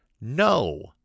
No